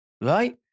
right